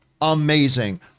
amazing